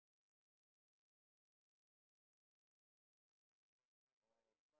at least a hundred or two hundred dollars I will at least try and donate or